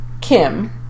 Kim